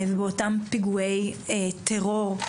ובאותם פיגועי טרור,